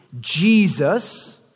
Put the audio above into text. Jesus